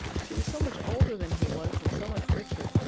she was so much older than he was, and so much richer,